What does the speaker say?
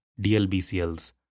DLBCLs